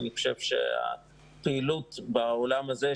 אני חושב שהפעילות בעולם הזה,